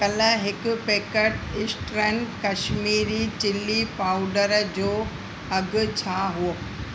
कल्ह हिकु packet Eastern Kashmiri chilli powder जो अघु छा हो